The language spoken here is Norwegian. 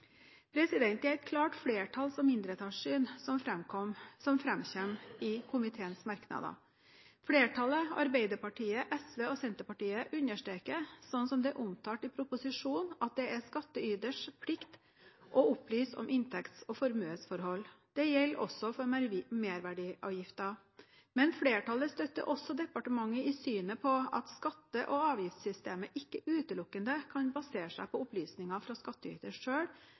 Det er et klart flertallssyn og et klart mindretallssyn som framkommer i komiteens merknader. Flertallet – Arbeiderpartiet, Sosialistisk Venstreparti og Senterpartiet – understreker, slik det er omtalt i proposisjonen, at det er skattyters plikt å opplyse om inntekts- og formuesforhold. Dette gjelder også for merverdiavgiften. Flertallet støtter også departementet i synet på at skatte- og avgiftssystemet ikke utelukkende kan basere seg på opplysninger fra